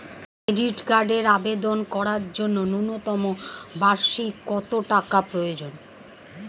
Credit কার্ডের আবেদন করার জন্য ন্যূনতম বার্ষিক কত টাকা প্রয়োজন?